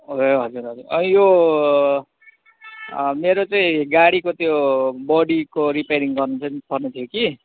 ए हजुर हजुर अनि यो मेरो चाहिँ गाडीको त्यो बडीको रिपेरिङ गर्नु चाहिँ पर्ने थियो कि